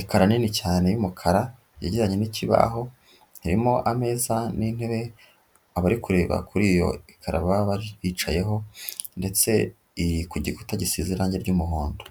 ekara nini cyane y'umukara, yegeranye n'ikibaho, irimo ameza n'intebe, abari kureba kuri iyo ekara baba bicayeho, ndetse iri ku gikuta gisize irange ry'umuhondo.